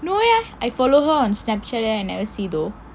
no eh I follow her on Snapchat I never see though